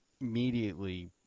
immediately